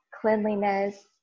cleanliness